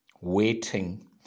waiting